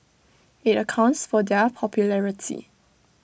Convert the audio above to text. IT accounts for their popularity